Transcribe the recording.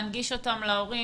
להנגיש אותן להורים.